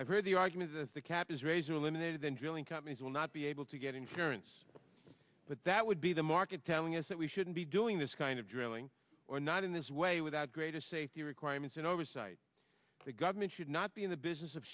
i've heard the argument that the cap is razor eliminated then drilling companies will not be able to get insurance but that would be the market telling us that we shouldn't be doing this kind of drilling or not in this way without greatest safety requirements and oversight the government should not be in the business of